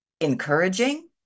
encouraging